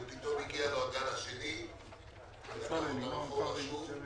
פתאום הגיע הגל השני לקח אותם אחורה שוב.